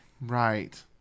Right